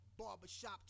Barbershop